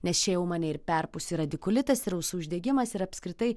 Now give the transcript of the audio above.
nes čia jau mane ir perpūs ir radikulitas ir ausų uždegimas ir apskritai